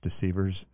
Deceivers